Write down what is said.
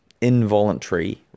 involuntary